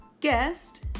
guest